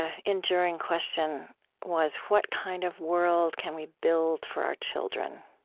ah enduring question was, what kind of world can we build for our children?